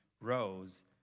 rose